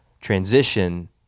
transition